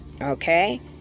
Okay